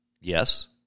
Yes